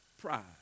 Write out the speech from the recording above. pride